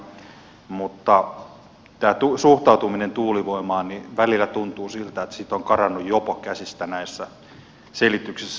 mutta tämä suhtautuminen tuulivoimaan niin välillä tuntuu siltä että siitä on karannut jopo käsistä näissä selityksissä